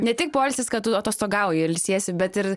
ne tik poilsis kad tu atostogauji ilsiesi bet ir